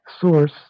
source